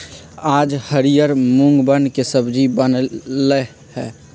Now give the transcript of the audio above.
आज हरियर मूँगवन के सब्जी बन लय है